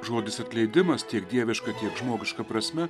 žodis atleidimas tiek dieviška tiek žmogiška prasme